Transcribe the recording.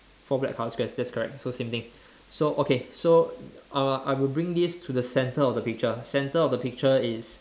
four black colour squares that's correct so same thing so okay so uh I will bring this to the centre of the picture centre of the picture is